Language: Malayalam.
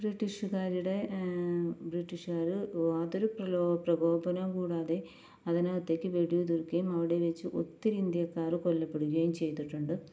ബ്രിട്ടീഷുകാരുടെ ബ്രിട്ടീഷുകാര് യാതൊരു പ്രലോ പ്രകോപനവും കൂടാതെ അതിനകത്തേക്ക് വെടിയുതിര്ക്കുകയും അവിടെ വെച്ച് ഒത്തിരി ഇന്ത്യക്കാർ കൊല്ലപ്പെടുകയും ചെയ്തിട്ടുണ്ട്